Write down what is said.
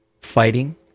fighting